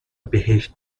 بهشت